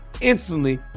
instantly